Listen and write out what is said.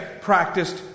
practiced